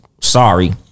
sorry